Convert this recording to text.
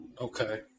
Okay